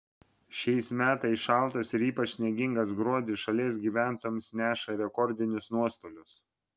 šiais metais šaltas ir ypač sniegingas gruodis šalies gyventojams neša rekordinius nuostolius